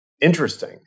interesting